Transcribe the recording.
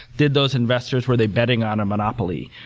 did those investors were they betting on a monopoly?